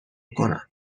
کنم